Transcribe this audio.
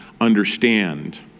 understand